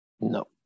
No